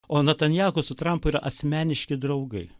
o netanjahu su trampu yra asmeniški draugai